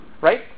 Right